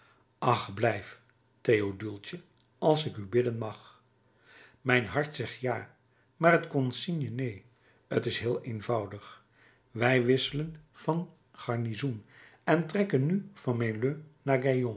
ach blijf théoduultje als ik u bidden mag mijn hart zegt ja maar het consigne neen t is heel eenvoudig wij wisselen van garnizoen en trekken nu van